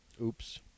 Oops